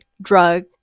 drug